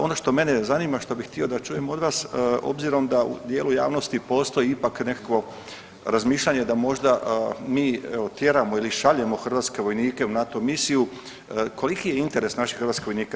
Ono što mene zanima, što bih htio da čujem od vas, obzirom da u dijelu javnosti postoji ipak nekakvo razmišljanje da možda mi, evo, tjeramo ili šaljemo hrvatske vojnike u NATO misiju, koliki je interes naših hrvatskih vojnika?